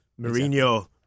Mourinho